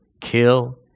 kill